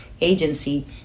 agency